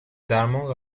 درمان